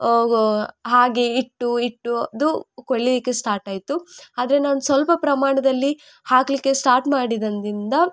ಹಾಗೇ ಇಟ್ಟು ಇಟ್ಟು ಅದು ಕೊಳಿಲಿಕ್ಕೆ ಸ್ಟಾರ್ಟಾಯಿತು ಆದರೆ ನಾನು ಸ್ವಲ್ಪ ಪ್ರಮಾಣದಲ್ಲಿ ಹಾಕಲಿಕ್ಕೆ ಸ್ಟಾರ್ಟ್ ಮಾಡಿದಂದಿಂದ